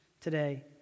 today